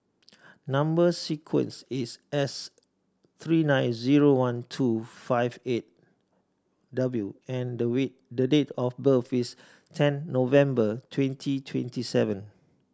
number sequence is S three nine zero one two five eight W and the way the date of birth is ten November twenty twenty seven